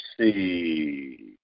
see